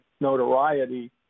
notoriety